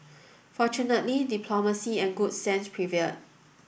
fortunately diplomacy and good sense prevailed